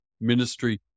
ministry